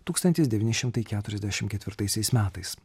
tūkstantis devyni šimtai keuriasdešim ketvirtaisiais metais